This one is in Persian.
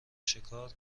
شکار